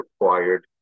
required